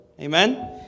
Amen